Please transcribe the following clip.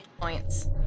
points